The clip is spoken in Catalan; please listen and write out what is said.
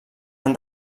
han